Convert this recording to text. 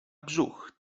brzuch